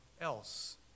else